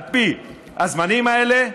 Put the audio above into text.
על פי הזמנים האלה,